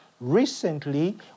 Recently